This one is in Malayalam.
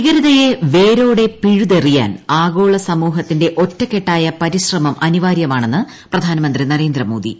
ഭീകരതയെ വേരോടെ പിഴുതെറിയാൻ ആഗോള സമൂഹത്തിന്റെ ഒറ്റക്കെട്ടായ പരിശ്രമം അനിവാര്യമാണെന്ന് പ്രധാമന്ത്രി നരേന്ദ്രമോദി